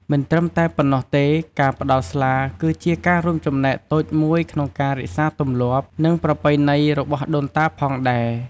មិនត្រឹមតែប៉ុណ្ណោះទេ ការផ្តល់ស្លាគឺជាការរួមចំណែកតូចមួយក្នុងការរក្សាទម្លាប់ និងប្រពៃណីរបស់ដូនតាផងដែរ។